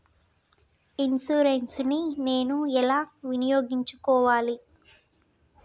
Insurance ని నేను ఎలా వినియోగించుకోవాలి?